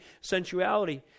sensuality